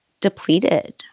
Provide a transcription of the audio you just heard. depleted